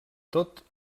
tot